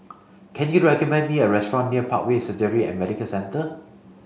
can you recommend me a restaurant near Parkway Surgery and Medical Centre